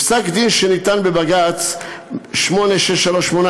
בפסק-דין שניתן בבג"ץ 8638,